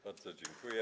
Bardzo dziękuję.